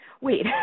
wait